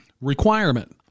requirement